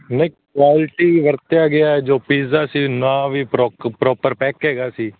ਨਹੀਂ ਕੁਆਲਿਟੀ ਵਰਤਿਆ ਗਿਆ ਜੋ ਪੀਜ਼ਾ ਸੀ ਨਾ ਵੀ ਪ੍ਰੋਕ ਪ੍ਰੋਪਰ ਪੈਕ ਹੈਗਾ ਸੀ